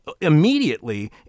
immediately